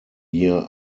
year